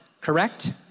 correct